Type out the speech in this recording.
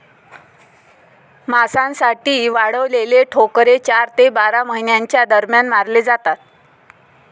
मांसासाठी वाढवलेले कोकरे चार ते बारा महिन्यांच्या दरम्यान मारले जातात